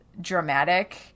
dramatic